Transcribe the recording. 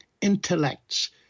intellects